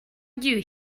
you